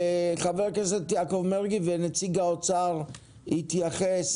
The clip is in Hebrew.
ח"כ יעקב מרגי ונציג האוצר יתייחס